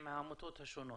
עם העמותות השונות.